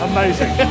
Amazing